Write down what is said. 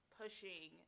pushing